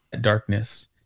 darkness